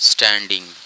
Standing